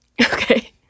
Okay